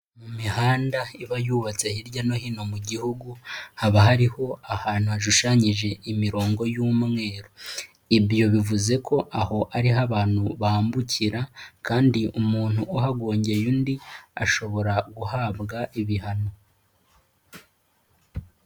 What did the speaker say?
Mu mihanda iba yubatse hirya no hino mu gihugu haba hariho ahantu hashushanyije imirongo y'umweru, ibyo bivuze ko aho ari ho abantu bambukira kandi umuntu uhagongeye undi ashobora guhabwa ibihano.